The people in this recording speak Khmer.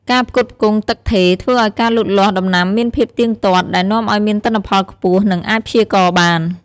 ការផ្គត់ផ្គង់ទឹកថេរ ធ្វើឱ្យការលូតលាស់ដំណាំមានភាពទៀងទាត់ ដែលនាំឱ្យមានទិន្នផលខ្ពស់ និងអាចព្យាករណ៍បាន។